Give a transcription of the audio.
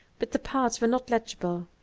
but the parts were not legible,